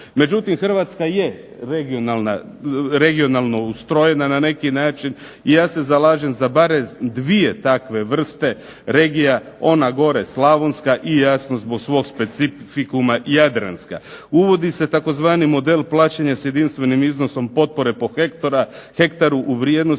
Međutim, Hrvatska je regionalno ustrojena na neki način i ja se zalažem za barem dvije takve vrste regija. Ona gore slavonska i jasno zbog specifikuma jadranska. Uvodi se tzv. model plaćanja sa jedinstvenim iznosom potpore po hektaru u vrijednosti